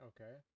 Okay